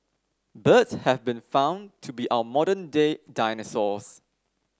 birds have been found to be our modern day dinosaurs